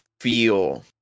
feel